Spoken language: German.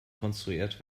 konstruiert